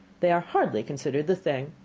they are hardly considered the thing.